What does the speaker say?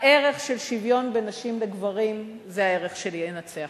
הערך של שוויון בין נשים לגברים זה הערך שינצח.